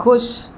खु़शि